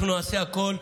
אנחנו נעשה הכול.